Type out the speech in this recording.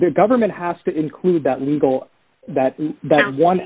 the government has to include that legal that that one